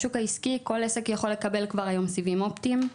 כל עסק יכול לקבל כבר היום סיבים אופטיים.